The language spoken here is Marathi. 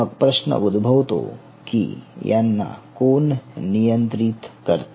मग प्रश्न उद्भवतो की यांना कोण नियंत्रित करते